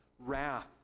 Wrath